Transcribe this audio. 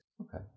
Okay